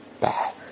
bad